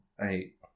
eight